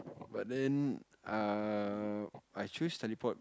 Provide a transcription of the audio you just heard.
but then err I choose teleport